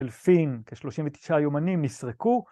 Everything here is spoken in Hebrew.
אלפים, כ-39 יומנים נסרקו.